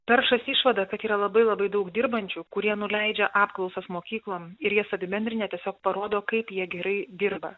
peršas išvada kad yra labai labai daug dirbančių kurie nuleidžia apklausas mokyklom ir jas apibendrinę tiesiog parodo kaip jie gerai dirba